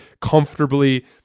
comfortably